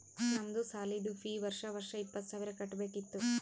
ನಮ್ದು ಸಾಲಿದು ಫೀ ವರ್ಷಾ ವರ್ಷಾ ಇಪ್ಪತ್ತ ಸಾವಿರ್ ಕಟ್ಬೇಕ ಇತ್ತು